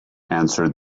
answered